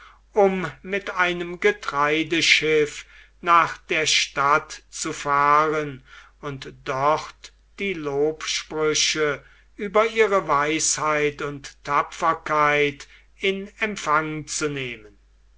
um mit einem getreideschiff nach der stadt zu fahren und dort die lobsprüche über ihre weisheit und tapferkeit in empfang zu nehmen